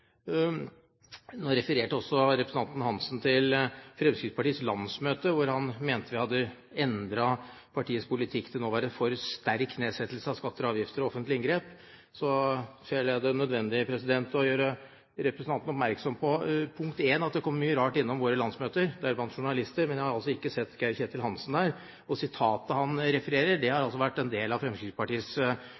nå å være for sterk nedsettelse av skatter og avgifter og offentlige inngrep, finner jeg det nødvendig å gjøre representanten oppmerksom på at det kommer mye rart innom våre landsmøter, deriblant journalister, men jeg har altså ikke sett Geir-Ketil Hansen der. Og sitatet han refererer, har vært en del av Fremskrittspartiets